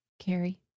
Carrie